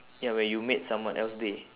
ya when you made someone else day